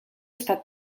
estat